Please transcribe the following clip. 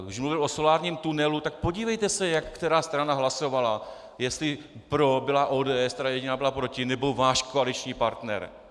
Když mluvil o solárním tunelu, tak se podívejte, jak která strana hlasovala, jestli pro byla ODS, která jediná byla proti, nebo váš koaliční partner.